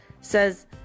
says